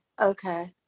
okay